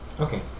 Okay